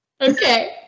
Okay